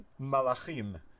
malachim